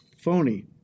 phony